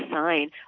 sign